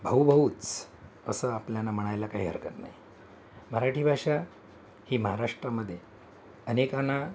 भाऊभाऊच असं आपल्याला म्हणायला काही हरकत नाही मराठी भाषा ही महाराष्ट्रामध्ये अनेकांना